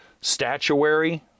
statuary